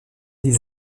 les